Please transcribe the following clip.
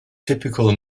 typical